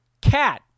Cat